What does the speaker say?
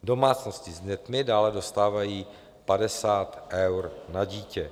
Domácnosti s dětmi dále dostávají 50 eur na dítě.